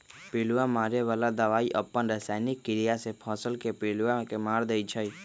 पिलुआ मारे बला दवाई अप्पन रसायनिक क्रिया से फसल के पिलुआ के मार देइ छइ